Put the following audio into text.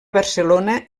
barcelona